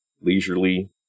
leisurely